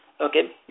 okay